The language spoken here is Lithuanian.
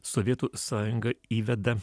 sovietų sąjunga įveda